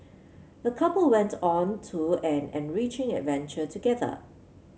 the couple went on to an enriching adventure together